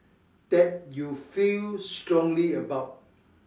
that you feel strongly about